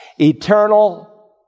Eternal